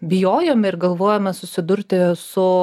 bijojom ir galvojome susidurti su